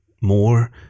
more